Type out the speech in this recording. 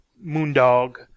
Moondog